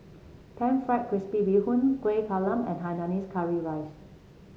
pan fried crispy Bee Hoon Kueh Talam and Hainanese Curry Rice